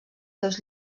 seus